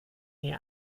die